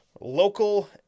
local